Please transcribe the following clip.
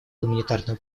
гуманитарную